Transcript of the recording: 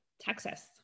Texas